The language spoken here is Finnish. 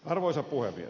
arvoisa puhemies